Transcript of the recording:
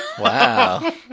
wow